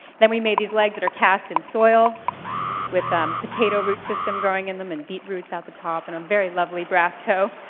then we made these legs that are cast in soil with a potato root system growing in them, and beetroots out the top, and a um very lovely brass toe.